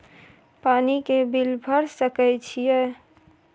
पानी के बिल भर सके छियै?